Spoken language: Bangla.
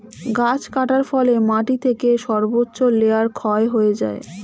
গাছ কাটার ফলে মাটি থেকে সর্বোচ্চ লেয়ার ক্ষয় হয়ে যায়